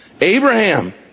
Abraham